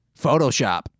Photoshop